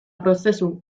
prozesu